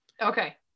Okay